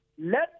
let